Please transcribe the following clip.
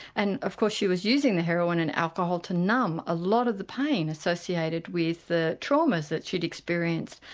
and of course she was using the heroin and alcohol to numb a lot of the pain associated with the traumas that she'd experienced.